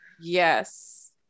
Yes